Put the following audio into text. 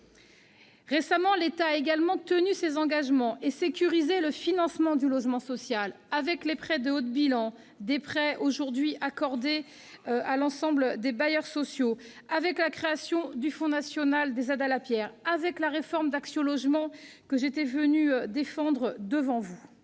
Récemment, l'État a tenu ses engagements et sécurisé le financement du logement social, avec les prêts de haut de bilan, accordés aujourd'hui à l'ensemble des bailleurs sociaux, la création du Fonds national des aides à la pierre et la réforme d'Action logement, que j'étais venue défendre devant vous.